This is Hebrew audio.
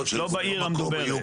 לא בעיר המדוברת.